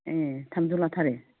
ए थामजौ लाथारो